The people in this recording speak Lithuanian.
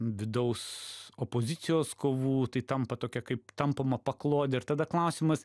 vidaus opozicijos kovų tai tampa tokia kaip tampoma paklode ir tada klausimas